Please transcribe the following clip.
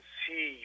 see